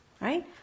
Right